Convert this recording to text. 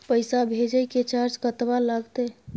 पैसा भेजय के चार्ज कतबा लागते?